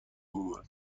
اومد